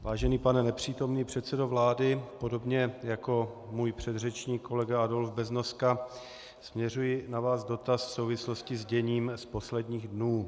Vážený pane nepřítomný předsedo vlády, podobně jako můj předřečník kolega Adolf Beznoska směřuji na vás dotaz v souvislosti s děním z posledních dnů.